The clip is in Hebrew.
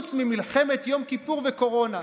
חוץ ממלחמת יום כיפור וקורונה.